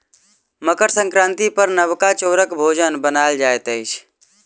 मकर संक्रांति पर नबका चौरक भोजन बनायल जाइत अछि